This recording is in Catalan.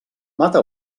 mata